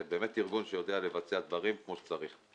זה באמת ארגון שיודע לבצע דברים כמו שצריך,